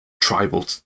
tribal